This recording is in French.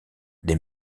des